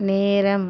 நேரம்